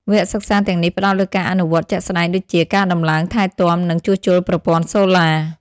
វគ្គសិក្សាទាំងនេះផ្តោតលើការអនុវត្តជាក់ស្តែងដូចជា ការដំឡើង ថែទាំ និងជួសជុលប្រព័ន្ធសូឡា។